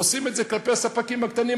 עושים את זה כלפי הספקים הקטנים,